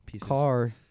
car